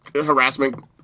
harassment